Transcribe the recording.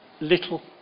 little